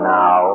now